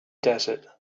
desert